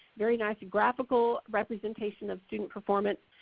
very nice graphical representation of student performance,